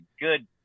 good